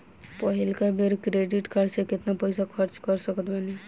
पहिलका बेर credit card से केतना पईसा खर्चा कर सकत बानी?